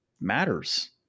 matters